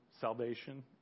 salvation